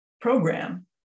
program